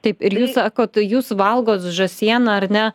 taip ir jūs sakot jūs valgot žąsieną ar ne